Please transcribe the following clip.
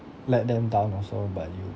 let them down also but you